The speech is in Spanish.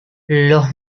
los